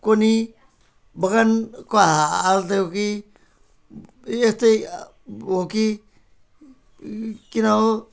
कुनी बगानको हालतले हो कि यस्तै हो कि किन हो